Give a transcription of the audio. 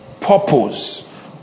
purpose